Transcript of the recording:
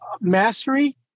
mastery